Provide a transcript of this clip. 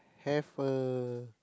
have a